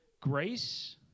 Grace